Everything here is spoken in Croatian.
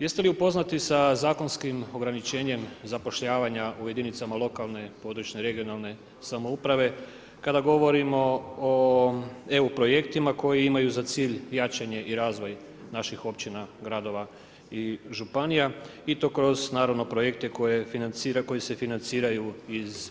Jeste li upoznati sa zakonskim ograničenje zapošljavanja u jedinicama lokalne, područne (regionalne) samouprave kada govorimo o EU projektima koji imaju za cilj jačanje i razvoj naših općina, gradova i županija i to kroz naravno projekte koji se financiraju iz